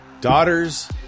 daughters